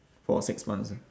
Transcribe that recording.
for six months ah